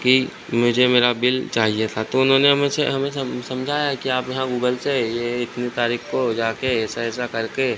कि मुझे मेरा बिल चाहिए था तो उन्होंने मुझे हमें सम समझाया कि आप यहाँ गूगल से यह यह इतनी तारीख को जाकर ऐसा ऐसा करके